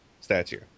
statue